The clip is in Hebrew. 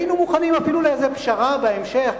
היינו מוכנים אפילו לאיזה פשרה בהמשך,